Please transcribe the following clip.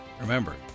remember